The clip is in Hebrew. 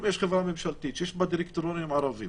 אם יש חברה ממשלתית שיש בה דירקטורים ערבים